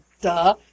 duh